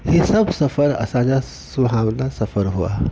इहे सभु सफ़र असांजा सुहावना सफ़र हुआ